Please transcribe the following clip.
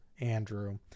Andrew